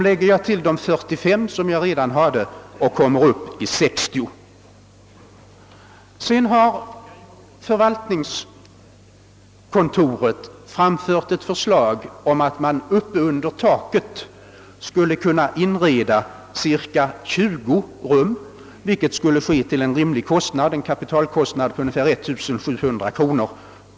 Lägger jag dessa till de 45 jag redan hade kommer jag upp i 60 rum. Förvaltningskontoret har framfört ett förslag att man uppe under taket i riksdagshuset skulle kunna inreda ca 20 rum, vilket skulle kunna ske till en rimlig kostnad, ungefär 17 000 kr. per rum.